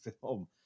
film